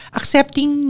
accepting